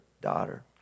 daughter